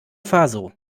faso